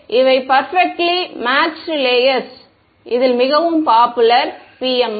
எனவே இவை perfectly matched layers இதில் மிகவும் பாப்புலர் PML